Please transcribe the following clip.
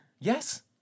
Yes